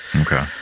Okay